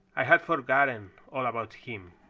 i had forgotten all about him.